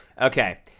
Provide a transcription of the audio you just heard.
Okay